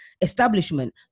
establishment